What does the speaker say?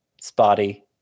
spotty